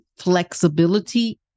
flexibility